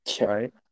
right